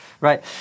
Right